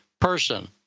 person